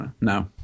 No